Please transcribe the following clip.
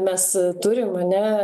mes turim ane